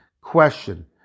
question